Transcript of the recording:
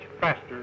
faster